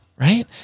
Right